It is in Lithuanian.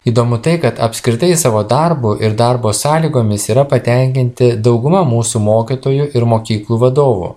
įdomu tai kad apskritai savo darbu ir darbo sąlygomis yra patenkinti dauguma mūsų mokytojų ir mokyklų vadovų